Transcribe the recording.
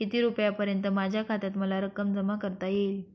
किती रुपयांपर्यंत माझ्या खात्यात मला रक्कम जमा करता येईल?